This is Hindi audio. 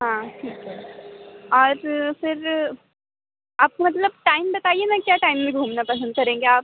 हाँ ठीक है और फिर आप मतलब टाइम बताइए ना क्या टाइम में घूमना पसंद करेंगे आप